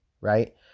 right